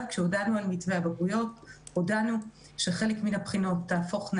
כשהודענו על מתווה הבגרויות הודענו שחלק מהבחינות תהפוכנה